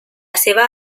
seva